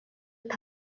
তাক